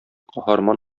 каһарман